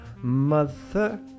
Mother